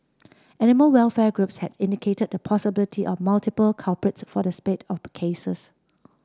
animal welfare groups had indicated the possibility of multiple culprits for the spate of cases